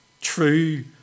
true